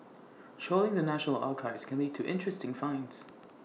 trawling the national archives can lead to interesting finds